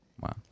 Wow